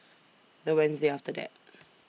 The Wednesday after that